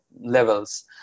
levels